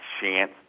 chance